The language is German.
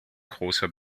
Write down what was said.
großer